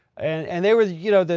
and they were, you know,